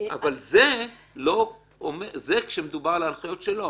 זה כשמדובר על הנחיות שלו,